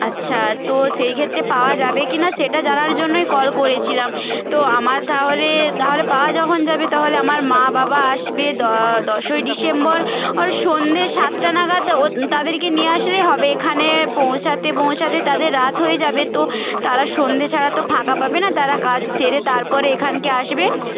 আচ্ছা তো সেই ক্ষেত্রে পাওয়া যাবে কি না সেটা জানার জন্যই কল করেছিলাম তো আমার তাহলে তাহলে পাওয়া যখন যাবে তাহলে আমার মা বাবা আসবে দশই ডিসেম্বর এর সন্ধে সাতটা নাগাদ ও তাদেরকে নিয়ে আসলেই হবে এখানে পৌঁছাতে পৌঁছাতে তাদের রাত হয়ে যাবে তো তারা সন্ধে ছাড়া তো ফাঁকা পাবে না তারা কাজ সেরে তারপরে এখানকে আসবে